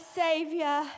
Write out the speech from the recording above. savior